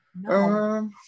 No